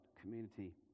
community